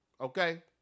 Okay